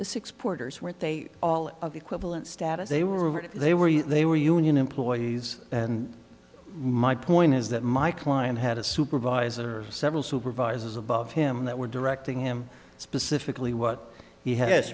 exporters were they all equivalent status they were they were they were union employees and my point is that my client had a supervisor several supervisors above him that were directing him specifically what he has